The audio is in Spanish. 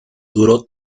duró